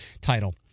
title